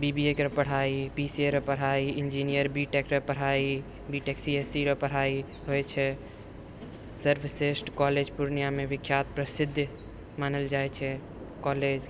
B B A केरऽ पढ़ाइ C A के पढ़ाइ इंजीनयरिंग बी टेक के पढ़ाइ B tech C S E के पढ़ाइ होइ छै सर्वश्रेष्ठ कॉलेज पूर्णियामे विख्यात प्रसिद्ध मानल जाइ छै कॉलेज